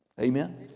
Amen